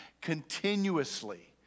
continuously